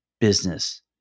business